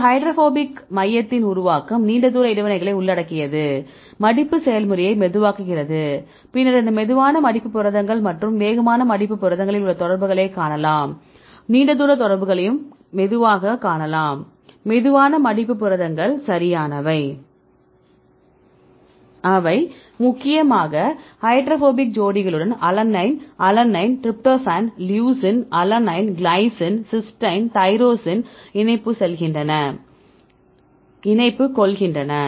இந்த ஹைட்ரோபோபிக் மையத்தின் உருவாக்கம் நீண்ட தூர இடைவினைகளை உள்ளடக்கியது மடிப்பு செயல்முறையை மெதுவாக்குகிறது பின்னர் இந்த மெதுவான மடிப்பு புரதங்கள் மற்றும் வேகமான மடிப்பு புரதங்களில் உள்ள தொடர்புகளை காணலாம் நீண்ட தூர தொடர்புகளையும் மெதுவாகவும் காணலாம் மெதுவான மடிப்பு புரதங்கள் சரியானவை அவை முக்கியமாக ஹைட்ரோபோபிக் ஜோடிகளுடன் alanine alanine tryptophan leucine alanine glycine cysteine tyrosine இணைப்பு கொள்கின்றன